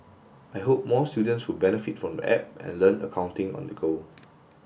I hope more students will benefit from the app and learn accounting on the go